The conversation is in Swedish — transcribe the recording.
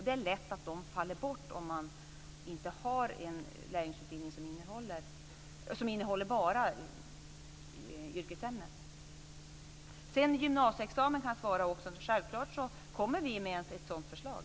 Det är lätt att de faller bort om man har en lärlingsutbildning som bara innehåller yrkesämnet. Frågan om gymnasieexamen kan jag också svara på. Självklart kommer vi med ett sådant förslag.